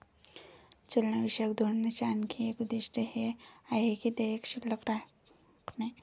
चलनविषयक धोरणाचे आणखी एक उद्दिष्ट हे आहे की देयके शिल्लक राखणे